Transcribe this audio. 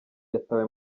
yatawe